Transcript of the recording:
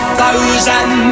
thousand